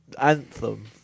Anthem